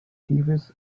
thieves